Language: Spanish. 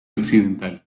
occidental